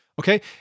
Okay